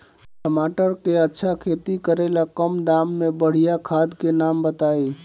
टमाटर के अच्छा खेती करेला कम दाम मे बढ़िया खाद के नाम बताई?